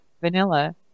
vanilla